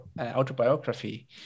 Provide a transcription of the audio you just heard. autobiography